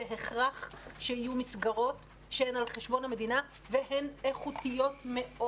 זה הכרח שיהיו מסגרות שהן על חשבון המדינה והן איכותיות מאוד.